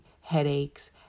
headaches